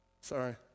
Sorry